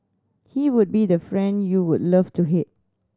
he would be the friend you would love to hate